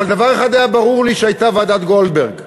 אבל דבר אחד היה ברור לי כשהייתה ועדת גולדברג,